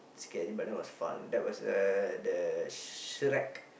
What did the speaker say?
scary but that was fun that was uh the Shrek